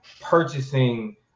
purchasing